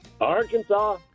Arkansas